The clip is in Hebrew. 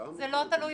זה לא תלוי